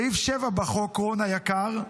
סעיף 7 בחוק, רון היקר,